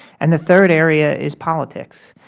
and the third area is politics.